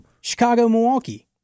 Chicago-Milwaukee